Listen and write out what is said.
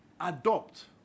adopt